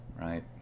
right